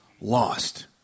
lost